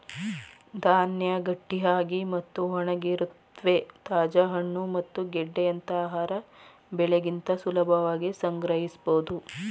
ಧಾನ್ಯ ಗಟ್ಟಿಯಾಗಿ ಮತ್ತು ಒಣಗಿರುತ್ವೆ ತಾಜಾ ಹಣ್ಣು ಮತ್ತು ಗೆಡ್ಡೆಯಂತ ಆಹಾರ ಬೆಳೆಗಿಂತ ಸುಲಭವಾಗಿ ಸಂಗ್ರಹಿಸ್ಬೋದು